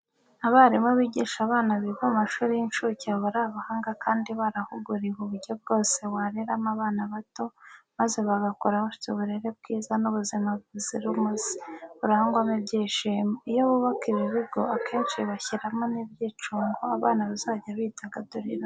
Abarimu bigisha abana biga mu mashuri y'incuke baba ari abahanga kandi barahuguriwe uburyo bwose wareramo abana bato, maze bagakura bafite uburere bwiza n'ubuzima buzira umuze burangwamo ibyishimo. Iyo bubaka ibi bigo akenshi bashyiramo n'ibyicungo abana bazajya bidagaduriramo.